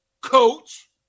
coach